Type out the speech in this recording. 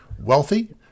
wealthy